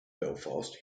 belfast